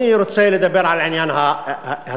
אני רוצה לדבר על עניין התקציב,